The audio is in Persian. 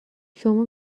شما